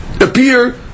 appear